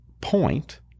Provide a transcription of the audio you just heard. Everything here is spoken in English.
point